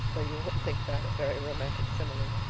though you won't think that a very romantic simile.